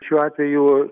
šiuo atveju